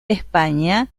españa